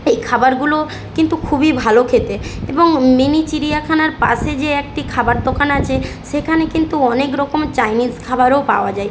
এই খাবারগুলো কিন্তু খুবই ভালো খেতে এবং মিনি চিড়িয়াখানার পাশে যে একটি খাবার দোকান আছে সেখানে কিন্তু অনেক রকম চাইনিজ খাবারও পাওয়া যায়